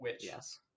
Yes